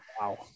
Wow